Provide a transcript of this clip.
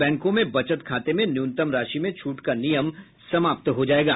बैंकों में बचत खाते में न्यूनतम राशि में छूट का नियम समाप्त हो जायेगा